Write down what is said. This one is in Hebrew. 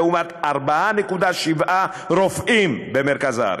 לעומת 4.7 רופאים במרכז הארץ.